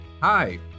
Hi